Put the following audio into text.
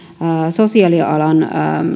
sosiaalialan